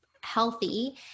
healthy